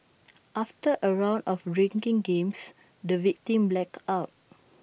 after A round of drinking games the victim blacked out